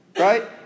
Right